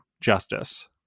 justice